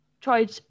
tried